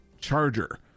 charger